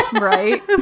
Right